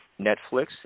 Netflix